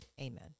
Amen